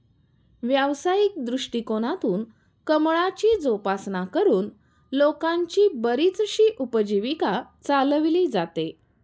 व्यावसायिक दृष्टिकोनातून कमळाची जोपासना करून लोकांची बरीचशी उपजीविका चालवली जाते